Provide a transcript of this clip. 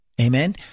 Amen